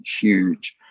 huge